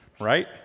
right